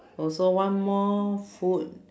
also one more food